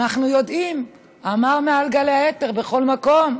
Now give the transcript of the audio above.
אנחנו יודעים, הוא אמר מעל גלי האתר בכל מקום.